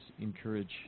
encourage